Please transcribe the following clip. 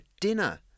dinner